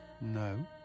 No